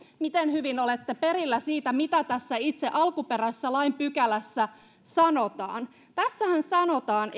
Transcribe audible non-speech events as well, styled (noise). miten hyvin olette perillä siitä mitä tässä itse alkuperäisessä lainpykälässä sanotaan tässähän sanotaan (unintelligible)